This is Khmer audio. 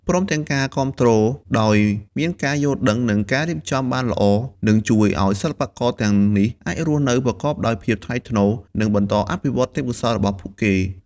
ព្រមទាំងការគាំទ្រដោយមានការយល់ដឹង និងការរៀបចំបានល្អ នឹងជួយឱ្យសិល្បករទាំងនេះអាចរស់នៅប្រកបដោយភាពថ្លៃថ្នូរ និងបន្តអភិវឌ្ឍទេពកោសល្យរបស់ពួកគេ។